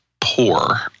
poor